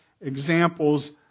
examples